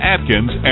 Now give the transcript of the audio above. Atkins